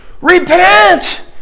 Repent